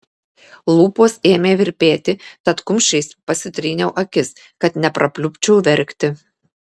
lūpos ėmė virpėti tad kumščiais pasitryniau akis kad neprapliupčiau verkti